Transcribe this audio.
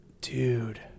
Dude